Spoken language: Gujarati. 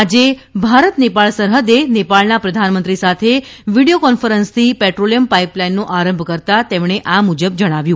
આજે ભારત નેપાળ સરહદે નેપાળના પ્રધાનમંત્રી સાથે વીડીયો કોન્ફરન્સથી પેટ્રોલિયમ પાઇપલાઇનનો આરંભ કરતાં તેમણે આ મુજબ જણાવ્યું